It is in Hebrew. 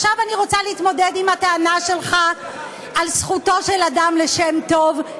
ועכשיו אני רוצה להתמודד עם הטענה שלך על זכותו של אדם לשם טוב,